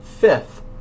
Fifth